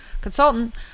consultant